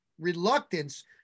reluctance